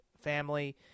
family